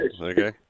okay